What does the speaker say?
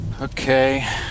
Okay